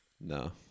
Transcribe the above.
No